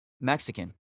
Mexican